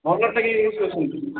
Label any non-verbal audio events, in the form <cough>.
ଭଲ <unintelligible> ୟୁଜ୍ କରୁଛନ୍ତି